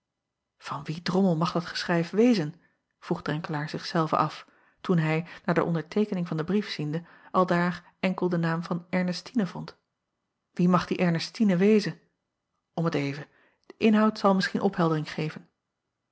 an wie drommel mag dat geschrijf wezen vroeg renkelaer zich zelven af toen hij naar de onderteekening van den brief ziende aldaar enkel den naam van rnestine vond wie mag die rnestine zijn om t even de inhoud zal misschien opheldering geven